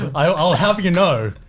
i'll have you know.